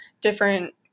different